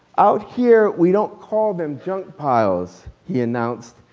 out here we don't call them junk piles he announced.